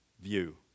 view